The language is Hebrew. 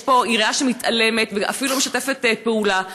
יש פה עירייה שמתעלמת ואפילו משתפת פעולה.